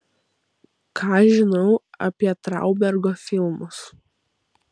ką žinau apie traubergo filmus